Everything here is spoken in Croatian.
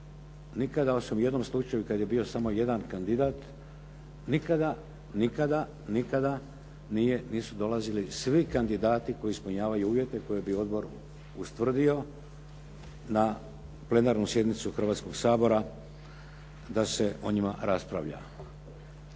nikada osim u jednom slučaju kada je bio samo jedan kandidat, nikada, nikada, nikada nisu dolazi svi kandidati koji ispunjavaju uvjete koje bi odbor ustvrdio na Plenarnu sjednicu Hrvatskoga sabora da se o njima raspravlja.